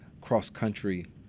cross-country